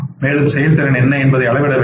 மேலும் செயல்திறன் என்ன என்பதைஅளவிட வேண்டும்